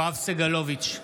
יואב סגלוביץ'